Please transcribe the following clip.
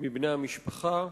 מבני המשפחה,